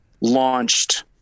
launched